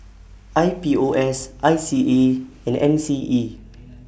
I P O S I C A and N C E